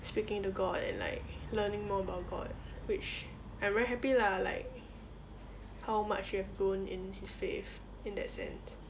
speaking to god and like learning more about god which I'm very happy lah like how much he have grown in his faith in that sense